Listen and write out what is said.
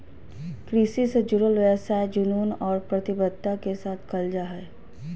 कृषि से जुडल व्यवसाय जुनून और प्रतिबद्धता के साथ कयल जा हइ